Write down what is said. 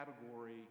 Category